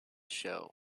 show